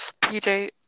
PJ